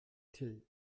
till